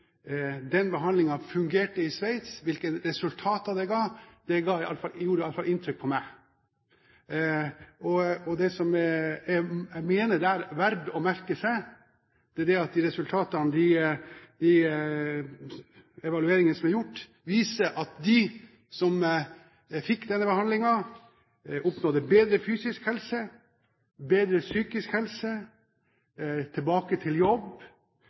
hvilke resultater det ga, i alle fall gjorde inntrykk på meg. Det som jeg mener det er verdt å merke seg, er at de evalueringene som er gjort, viser at de som fikk denne behandlingen, oppnådde bedre fysisk helse, bedre psykisk helse – tilbake til jobb,